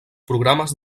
programes